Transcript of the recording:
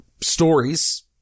Stories